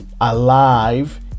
alive